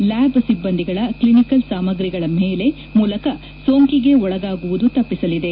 ಲ್ವಾಬ್ ಸಿಬ್ಬಂದಿಗಳ ಕ್ಷಿನಿಕಲ್ ಸಾಮಗ್ರಿಗಳ ಮೂಲಕ ಸೋಂಕಿಗೆ ಒಳಗಾಗುವುದು ತಪ್ಪಸಲಿದೆ